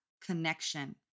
connection